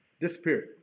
disappeared